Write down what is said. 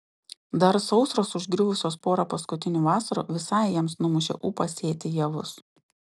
dar sausros užgriuvusios porą paskutinių vasarų visai jiems numušė ūpą sėti javus